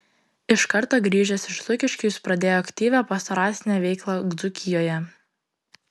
iš karto grįžęs iš lukiškių jis pradėjo aktyvią pastoracinę veiklą dzūkijoje